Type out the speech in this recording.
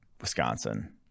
Wisconsin